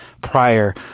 prior